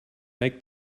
make